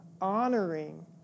honoring